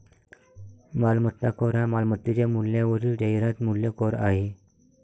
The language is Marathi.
मालमत्ता कर हा मालमत्तेच्या मूल्यावरील जाहिरात मूल्य कर आहे